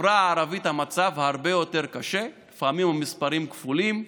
בחברה הערבית המצב הרבה יותר קשה; לפעמים המספרים כפולים,